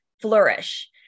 flourish